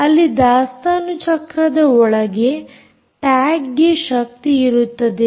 ಅಲ್ಲಿ ದಾಸ್ತಾನು ಚಕ್ರದ ಒಳಗೆ ಟ್ಯಾಗ್ ಗೆ ಶಕ್ತಿಯಿರುತ್ತದೆ